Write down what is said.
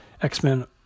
X-Men